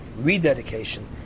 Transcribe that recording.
rededication